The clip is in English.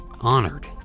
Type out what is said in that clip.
honored